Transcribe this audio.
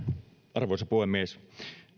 arvoisa puhemies